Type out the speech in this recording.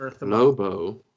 Lobo